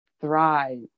thrive